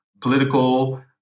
political